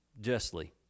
justly